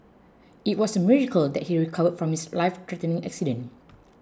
it was a miracle that he recovered from his life threatening accident